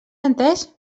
entès